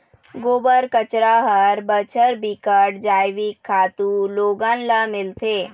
गोबर, कचरा हर बछर बिकट जइविक खातू लोगन ल मिलथे